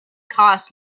cost